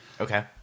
Okay